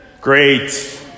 Great